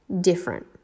different